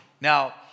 Now